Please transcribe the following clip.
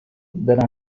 that